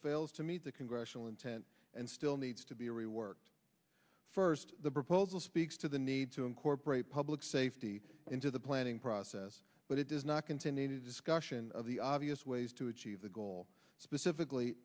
fails to meet the congressional intent and still needs to be reworked first the proposal speaks to the need to incorporate public safety into the planning process but it does not contain a discussion of the obvious ways to achieve the goal specifically